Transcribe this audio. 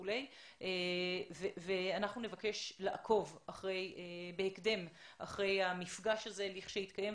אנחנו נבקש לעקוב בהקדם אחרי המפגש הזה לכשיתקיים.